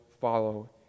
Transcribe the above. follow